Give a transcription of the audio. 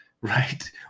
Right